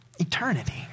Eternity